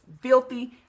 filthy